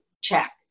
Check